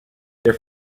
their